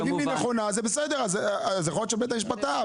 אם היא נכונה זה בסדר; יכול להיות שבית המשפט טעה.